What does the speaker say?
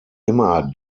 immer